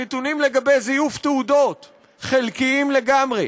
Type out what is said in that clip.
הנתונים לגבי זיוף תעודות חלקיים לגמרי.